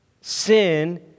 Sin